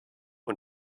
und